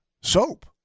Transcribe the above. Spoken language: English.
soap